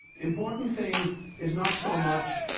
important thing is not so much